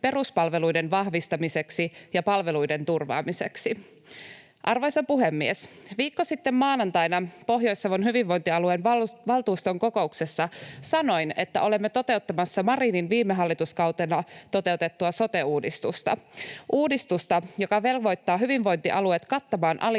peruspalveluiden vahvistamiseksi ja palveluiden turvaamiseksi. Arvoisa puhemies! Viikko sitten maanantaina Pohjois-Savon hyvinvointialueen valtuuston kokouksessa sanoin, että olemme toteuttamassa Marinin viime hallituskautena toteutettua sote-uudistusta — uudistusta, joka velvoittaa hyvinvointialueet kattamaan alijäämät